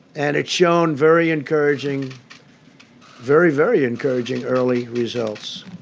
and it's shown very encouraging very, very encouraging early results.